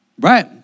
right